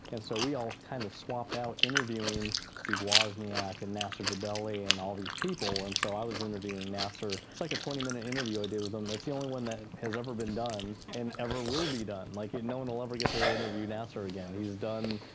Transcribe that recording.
and so we all kinda kind of swapped out interviewing steve wozniak and nasir gebelli and all these people. and so i was interviewing nasir. it's like a twenty minute interview i did with him. it's the only one that has ever been done and ever will be done. like, no one will ever get to interview nasir again. he's done,